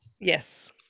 Yes